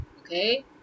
Okay